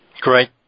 Great